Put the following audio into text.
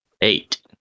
Eight